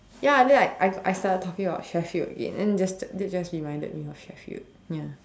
ya then like I I started talking about Sheffield again and the this just reminded me of Sheffield ya